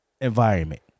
environment